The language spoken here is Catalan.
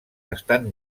estan